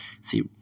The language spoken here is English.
See